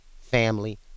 family